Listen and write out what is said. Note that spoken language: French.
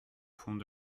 fond